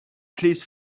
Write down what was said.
please